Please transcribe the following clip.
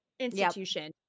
institution